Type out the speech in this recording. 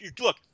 Look